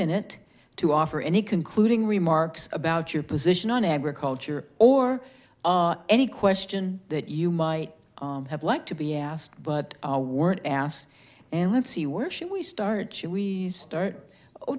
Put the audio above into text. minute to offer any concluding remarks about your position on agriculture or any question that you might have liked to be asked but weren't asked and let's see where should we start should we start